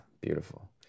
Beautiful